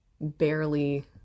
barely